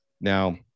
Now